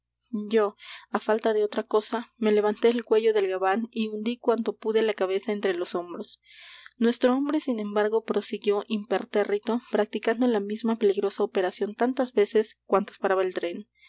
yo á falta de otra cosa me levanté el cuello del gabán y hundí cuanto pude la cabeza entre los hombros nuestro hombre sin embargo prosiguió impertérrito practicando la misma peligrosa operación tantas veces cuantas paraba el tren